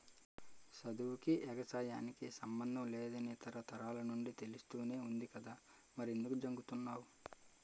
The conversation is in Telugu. సదువుకీ, ఎగసాయానికి సమ్మందం లేదని తరతరాల నుండీ తెలుస్తానే వుంది కదా మరెంకుదు జంకుతన్నావ్